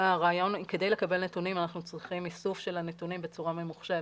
כדי לקבל נתונים אנחנו צריכים איסוף של הנתונים בצורה ממוחשבת,